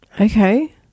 Okay